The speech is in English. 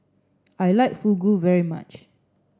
I like Fugu very much